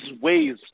ways